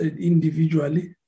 individually